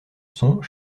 sont